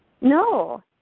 no